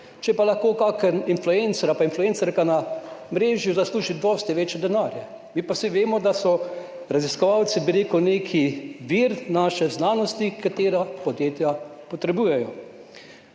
če pa lahko kakšen influencer ali pa influencerka na omrežju zasluži dosti več denarja, mi pa vemo, da so raziskovalci nek vir naše znanosti, ki jo podjetja potrebujejo.